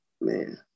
man